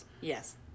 Yes